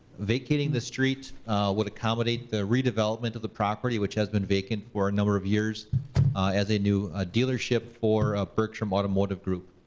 vacating the street would accommodate the redevelopment of the property, which has been vacant for a number of years as a knew ah dealership for ah bergstrom automotive group.